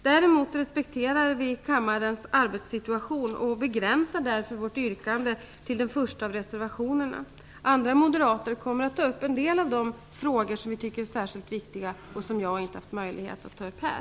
Däremot respekterar vi kammarens arbetssituation och begränsar därför vårt yrkande till den första av reservationerna. Andra moderater kommer att ta upp en del av de frågor som vi tycker är särskilt viktiga och som jag inte har haft möjlighet att ta upp här.